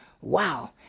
Wow